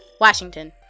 Washington